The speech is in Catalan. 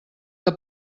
que